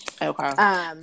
Okay